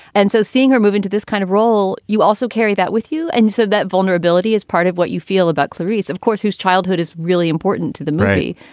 and so seeing her move into this kind of role, you also carry that with you. and so that vulnerability is part of what you feel about clarice, of course, whose childhood is really important to the movie,